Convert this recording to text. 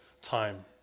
Time